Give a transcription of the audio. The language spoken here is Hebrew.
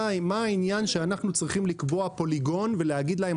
מה העניין שאנחנו צריכים לקבוע פוליגון ולהגיד להם,